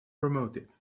promoted